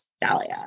Dahlia